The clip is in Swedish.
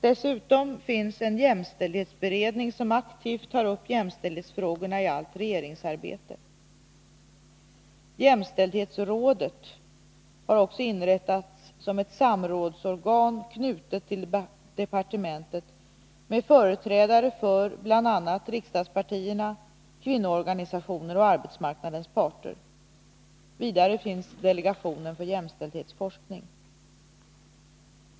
Dessutom finns en jämställdhetsberedning som aktivt tar upp jämställdhetsfrågorna i allt regeringsarbete. Jämställdhetsrådet har också inrättats som ett samrådsorgan knutet till departementet med företrädare för bl.a. riksdagspartierna, kvinnoorganisationer och arbetsmarknadens parter. Vidare finns delegationen för jämställdhetsforskning.